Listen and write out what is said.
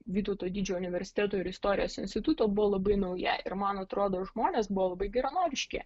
vytauto didžiojo universiteto ir istorijos instituto buvo labai nauja ir man atrodo žmonės buvo labai geranoriški